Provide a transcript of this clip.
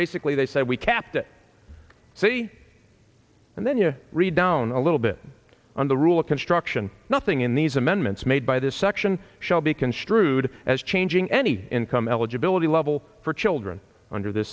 basically they said we kept it say and then you read down a little bit on the rule of construction nothing in these amendments made by this section shall be construed as changing any income eligibility level for children under th